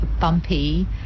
bumpy